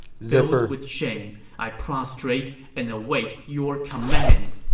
filled with shame, i prostrate and await your command!